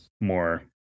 more